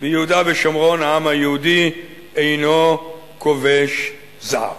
ביהודה ושומרון העם היהודי אינו כובש זר.